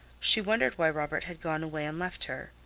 she wondered why robert had gone away and left her.